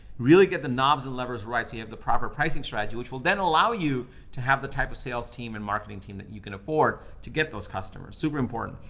really get the knobs and levers rights so you have the proper pricing strategy, which will then allow you to have the type of sales team and marketing team that you can afford to get those customers, super important.